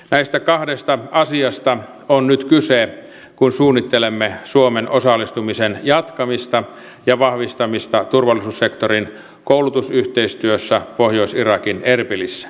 näistä kahdesta asiasta on nyt kyse kun suunnittelemme suomen osallistumisen jatkamista ja vahvistamista turvallisuussektorin koulutusyhteistyössä pohjois irakin erbilissä